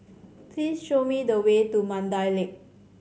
please show me the way to Mandai Lake